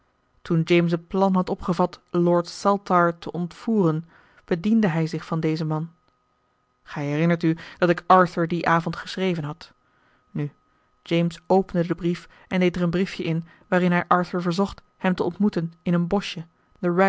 toen james het plan had opgevat lord saltire te ontvoeren bediende hij zich van dezen man gij herinnert u dat ik arthur dien avond geschreven had nu james opende den brief en deed er een briefje in waarin hij arthur verzocht hem te ontmoeten in een boschje